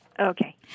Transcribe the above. Okay